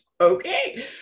okay